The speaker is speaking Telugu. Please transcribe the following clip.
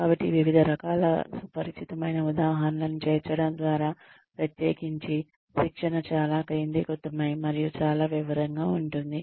కాబట్టి వివిధ రకాల సుపరిచితమైన ఉదాహరణలను చేర్చడం ద్వారా ప్రత్యేకించి శిక్షణ చాలా కేంద్రీకృతమై మరియు చాలా వివరంగా ఉంటుంది